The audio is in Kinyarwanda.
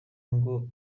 ngo